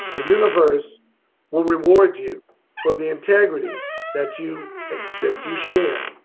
the universe will reward you for the integrity that you, that you share,